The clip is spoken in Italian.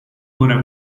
ora